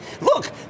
look